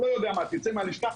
תצא מהלשכה,